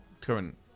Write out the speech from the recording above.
current